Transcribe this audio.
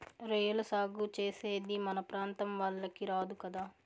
రొయ్యల సాగు చేసేది మన ప్రాంతం వాళ్లకి రాదు కదా